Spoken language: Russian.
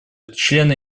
члены